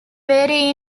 vary